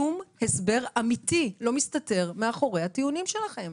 שום הסבר אמיתי לא מסתתר מאחורי הטיעונים שלכם.